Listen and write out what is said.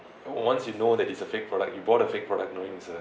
once you know that is a fake product you bought a fake product knowing is a